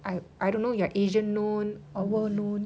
I I don't know you are asian known or world known